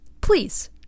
Please